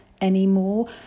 anymore